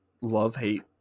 love-hate